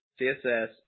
css